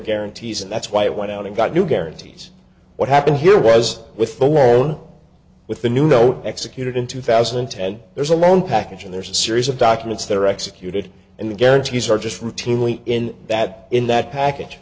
guarantees and that's why it went out and got new guarantees what happened here whereas with the loan with the new no executed in two thousand and ten there's a loan package and there's a series of documents that are executed and the guarantees are just routinely in that in that package